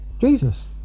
Jesus